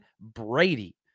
brady